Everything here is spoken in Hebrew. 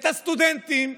את הסטודנטים,